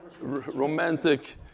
romantic